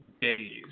days